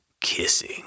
kissing